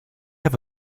have